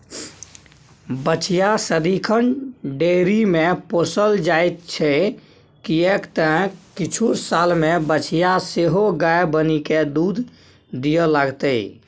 बछिया सदिखन डेयरीमे पोसल जाइत छै किएक तँ किछु सालमे बछिया सेहो गाय बनिकए दूध दिअ लागतै